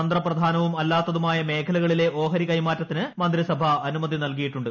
തന്ത്ര പ്രധാനവും അല്ലാത്തതുമായ മേഖലകളിലെ ഓഹരി കൈമാറ്റത്തിന് മന്ത്രി സഭ അനുമതി നൽകിയിട്ടുണ്ട്